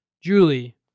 Julie